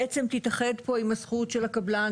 בעצם תתאחד פה עם הזכות של הקבלן,